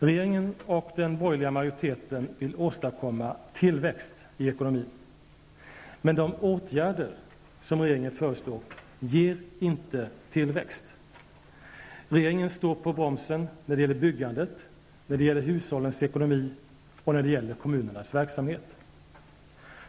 Regeringen -- och den borgerliga majoriteten -- vill åstadkomma tillväxt i ekonomin, men de åtgärder som regeringen föreslår ger inte tillväxt. Regeringen står på bromsen när det gäller byggandet, när det gäller hushållens ekonomi och när det gäller kommunernas verksamhet.